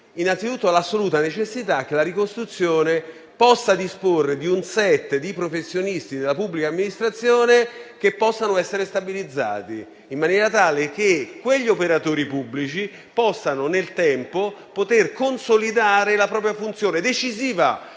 Innanzitutto, cito l'assoluta necessità che la ricostruzione possa disporre di un *set* di professionisti della pubblica amministrazione che possano essere stabilizzati, in maniera tale che quegli operatori pubblici possano, nel tempo, consolidare la propria funzione decisiva.